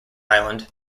island